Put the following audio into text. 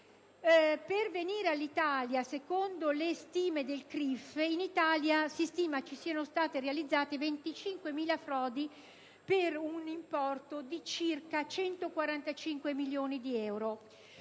Per venire al nostro Paese, secondo le stime del CRIF in Italia sono state realizzate 25.000 frodi per un importo di circa 145 milioni di euro